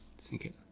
sink it.